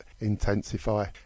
Intensify